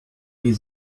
die